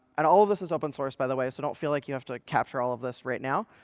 and all of this is open source, by the way. so don't feel like you have to capture all of this right now.